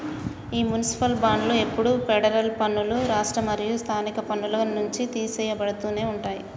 ఈ మునిసిపాల్ బాండ్లు ఎప్పుడు ఫెడరల్ పన్నులు, రాష్ట్ర మరియు స్థానిక పన్నుల నుంచి తీసెయ్యబడుతునే ఉంటాయి